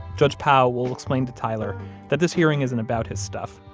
judge pow will explain to tyler that this hearing isn't about his stuff,